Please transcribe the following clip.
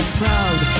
proud